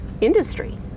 industry